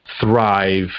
thrive